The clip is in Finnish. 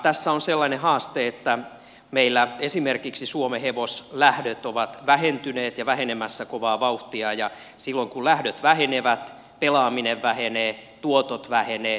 tässä on sellainen haaste että meillä esimerkiksi suomenhevoslähdöt ovat vähentyneet ja vähenemässä kovaa vauhtia ja silloin kun lähdöt vähenevät pelaaminen vähenee tuotot vähenevät